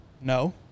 no